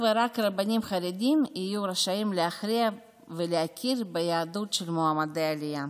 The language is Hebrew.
אך ורק רבנים חרדים יהיו רשאים להכריע ולהכיר ביהדות של מועמדי עלייה.